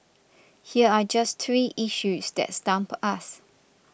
here are just three issues that stump us